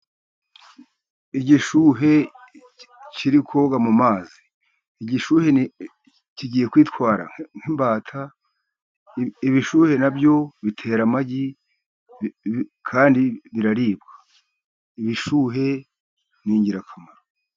Igishuhe kiri koga mu mazi igishuhe kigiye kwitwara nk'imbata, ibishuhe nabyo bitera amagi kandi biraribwa. Ibishuhe ni ingirakamaro.